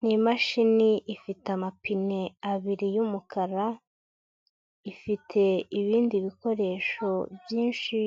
Ni imashini ifite amapine abiri y'umukara, ifite ibindi bikoresho byinshi